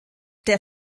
der